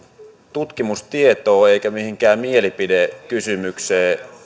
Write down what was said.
tutkimustietoon eikä mihinkään mielipidekysymykseen